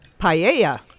paella